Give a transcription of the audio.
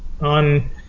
on